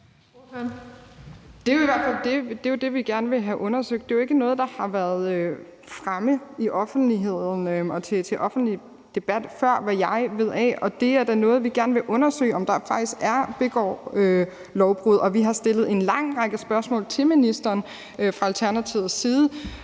Det er jo det, vi gerne vil have undersøgt. Det er jo ikke noget, der har været fremme i offentligheden og været til offentlig debat før, hvad jeg ved af. Det er da noget, vi gerne vil undersøge, altså om der faktisk bliver begået lovbrud. Vi har stillet en lang række spørgsmål til ministeren fra Alternativets side